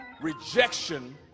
rejection